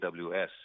AWS